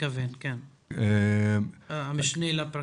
המשנה לפרקליט.